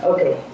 Okay